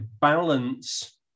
balance